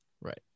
right